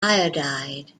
iodide